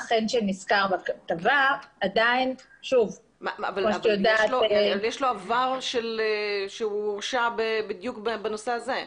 לפיו יש לו עבר שהוא הורשע בדיוק בנושא הזה.